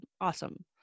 Awesome